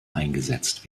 eingesetzt